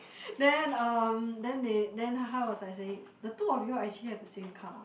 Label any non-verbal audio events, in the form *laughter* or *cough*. *breath* then um then they then how was like saying the two of you are actually have the same car